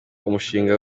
umushinga